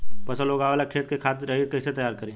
फसल उगवे ला खेत के खाद रहित कैसे तैयार करी?